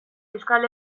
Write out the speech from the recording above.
euskal